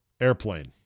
airplane